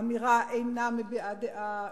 האמירה אינה מביעה דעה,